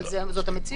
אבל זאת המציאות.